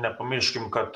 nepamirškim kad